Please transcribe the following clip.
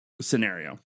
scenario